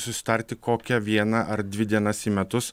susitarti kokią vieną ar dvi dienas į metus